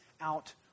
out